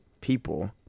people